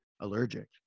allergic